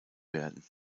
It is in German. werden